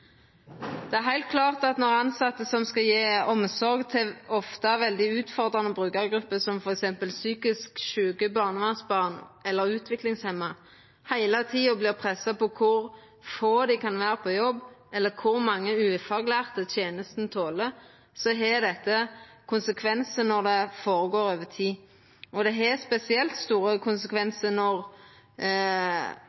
Det er heilt klart at når tilsette som skal gje omsorg til ofte veldig utfordrande brukargrupper, som f.eks. psykisk sjuke barnevernsbarn eller utviklingshemma, heile tida vert pressa på kor få dei kan vera på jobb, eller kor mange ufaglærte tenesta toler, har dette konsekvensar når det går føre seg over tid. Det har spesielt store